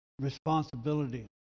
responsibility